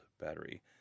battery